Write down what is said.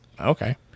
Okay